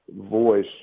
voice